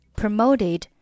promoted